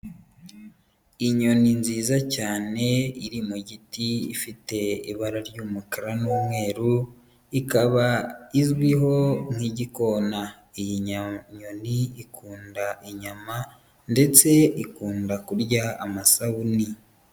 Inyoni nziza cyane iri mu giti; ifite ibara ry'umukara n'umweru, ikaba izwiho nk'igikona. iyi nyoni ikunda inyama ndetse ikunda kurya amasabuni.